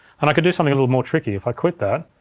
and i could do something a little more tricky. if i quit that,